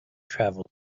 traveled